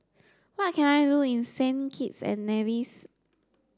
what can I do in Saint Kitts and Nevis